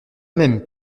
même